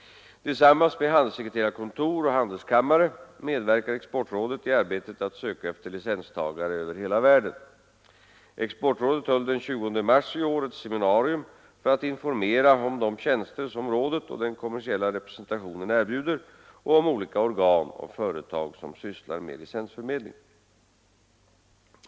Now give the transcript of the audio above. Tillsammans med handelssekreterarkontor och handelskamrar medverkar Exportrådet i arbetet att söka efter licenstagare över hela världen. Exportrådet höll den 20 mars i år ett seminarium för att informera om de tjänster som rådet och den kommersiella representationen erbjuder och om de olika organ och företag som sysslar med licensförmedling.